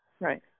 right